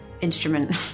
instrument